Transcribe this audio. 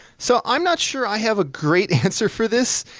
so i'm not sure i have a great answer for this.